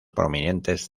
prominentes